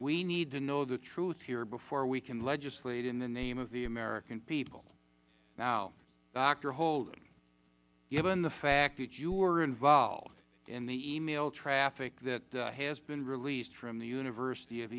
we need to know the truth here before we can legislate in the name of the american people now doctor holdren given the fact that you were involved in the e mail traffic that has been released from the university of